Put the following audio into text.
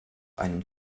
einem